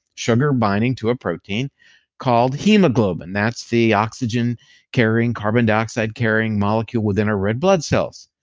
sugar binding to a protein called hemoglobin. that's the oxygen carrying carbon dioxide carrying molecule within a red blood cells.